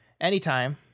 anytime